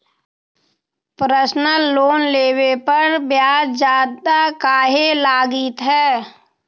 Personal loan लेबे पर ब्याज ज्यादा काहे लागईत है?